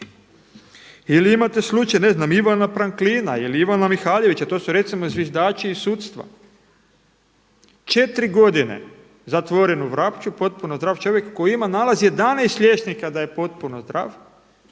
Ili imate slučaj ne znam Ivana Pranklina ili Ivana Mihaljevića. To su recimo zviždači iz sudstva. 4 godine zatvoren u Vrapču potpuno zdrav čovjek koji ima nalaz 11 liječnika da je potpuno zdrav,